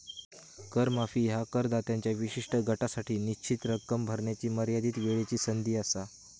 कर माफी ह्या करदात्यांच्या विशिष्ट गटासाठी निश्चित रक्कम भरण्याची मर्यादित वेळची संधी असा